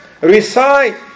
recite